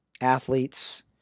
athletes